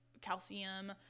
calcium